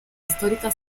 histórica